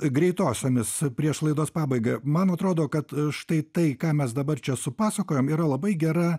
greitosiomis prieš laidos pabaigą man atrodo kad štai tai ką mes dabar čia supasakojom yra labai gera